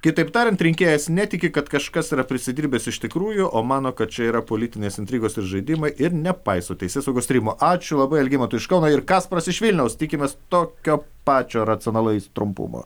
kitaip tariant rinkėjas netiki kad kažkas yra prisidirbęs iš tikrųjų o mano kad čia yra politinės intrigos ir žaidimai ir nepaiso teisėsaugos tyrimo ačiū labai algimantui iš kauno ir kasparas iš vilniaus tikimės tokio pačio racionalaus trumpumo